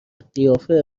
قیافه